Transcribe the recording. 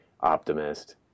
Optimist